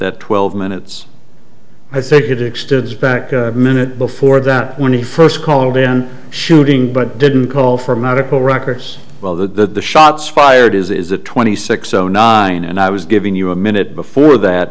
that twelve minutes i think it extends back a minute before that when he first called in shooting but didn't call for medical records while the shots fired is the twenty six zero nine and i was giving you a minute before that